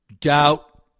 doubt